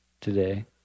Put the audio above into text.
today